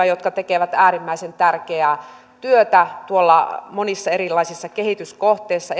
jotka tekevät äärimmäisen tärkeää työtä tuolla monissa erilaisissa kehityskohteissa